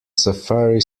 safari